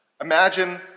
Imagine